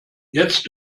jetzt